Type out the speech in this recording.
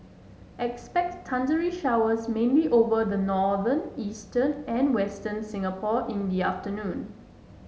expect thundery showers mainly over the northern eastern and western Singapore in the afternoon